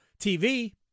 TV